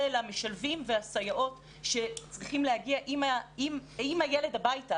המשלבים והסייעות שצריכים להגיע עם הילד הביתה,